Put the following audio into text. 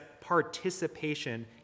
participation